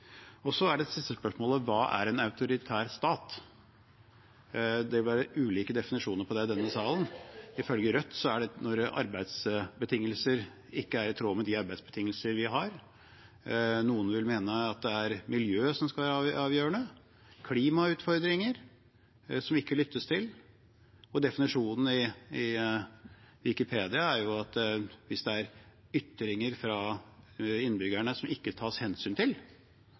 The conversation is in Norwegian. Og så er spørsmålet: Hva er en autoritær stat? Det vil være ulike definisjoner på det i denne sal. Ifølge Rødt er det når arbeidsbetingelser ikke er i tråd med de arbeidsbetingelsene vi har. Noen vil mene at det er miljøet som skal være avgjørende – klimautfordringer som ikke lyttes til. Definisjonen i Wikipedia er at hvis det ikke tas hensyn til ytringer fra innbyggerne,